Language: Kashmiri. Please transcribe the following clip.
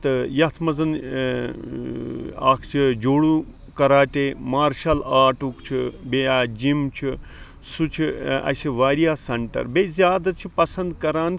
تہٕ یَتھ مَنٛز اکھ چھ جوڈو کَراٹے مارشَل آٹُک چھُ بیٚیہِ آ جِم چھُ سُہ چھُ اَسہِ واریاہ سَنٹَر بیٚیہِ زیادٕ چھِ پَسَنٛد کران